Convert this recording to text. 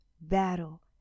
battle